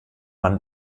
man